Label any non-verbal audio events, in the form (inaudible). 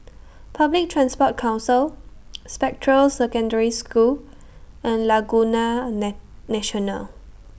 Public Transport Council Spectra Secondary School and Laguna (unintelligible) National